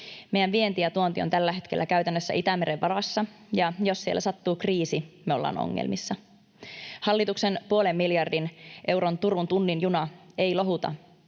Meidän vienti ja tuonti ovat tällä hetkellä käytännössä Itämeren varassa, ja jos siellä sattuu kriisi, me ollaan ongelmissa. Hallituksen puolen miljardin euron Turun tunnin juna ei lohduta,